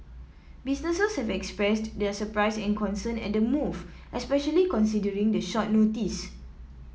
businesses have expressed their surprise and concern at the move especially considering the short notice